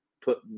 put